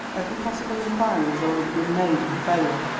every possible inquiry has already been made and failed.